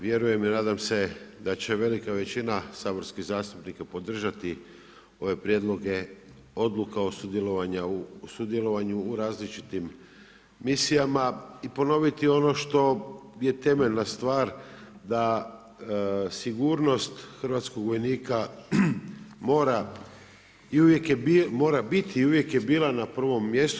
Vjerujem i nadam se da će velika većina saborskih zastupnika podržati ove prijedloge odluka o sudjelovanju u različitim misijama i ponoviti ono što je temeljna stvar da sigurnost hrvatskog vojnika mora i uvijek mora biti i uvijek je bila na prvom mjestu.